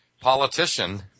politician